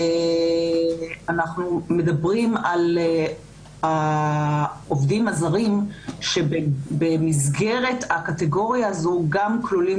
אנחנו מדברים על העובדים הזרים שבמסגרת הקטגוריה הזו גם כלולים,